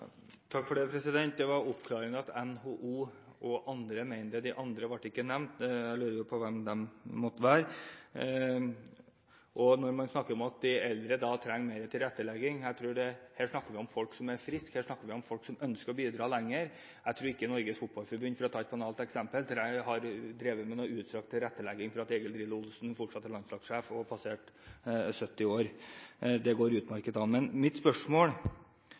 var oppklarende at NHO og andre mener det – «de andre» ble ikke nevnt. Jeg lurer på hvem det kan være. Man snakker om at de eldre trenger mer tilrettelegging, men her snakker vi om folk som er friske, her snakker vi om folk som ønsker å bidra lenger. Jeg tror ikke Norges Fotballforbund, for å ta et banalt eksempel, har drevet med noe utstrakt tilrettelegging for at Egil «Drillo» Olsen fortsatt er landslagssjef og har passert 70 år. Det går utmerket an. Mine spørsmål